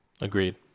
Agreed